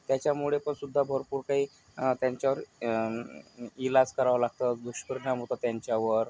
त्याच्यामुळे पण सुद्धा भरपूर काही त्यांच्यावर इलाज करावं लागतं दुष्परिणाम होतो त्यांच्यावर